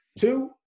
Two